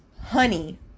honey